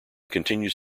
continues